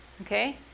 okay